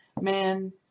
man